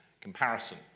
comparison